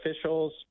officials